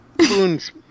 Spoon's